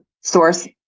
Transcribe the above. source